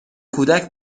کودک